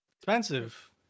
Expensive